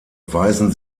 weisen